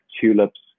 tulips